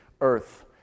earth